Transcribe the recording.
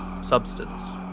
substance